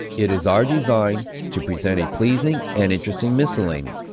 it is our design to present a pleasing and interesting miscellany,